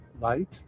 light